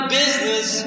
business